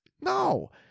No